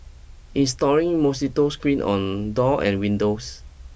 installing mosquito screen on doors and windows